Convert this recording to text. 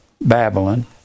Babylon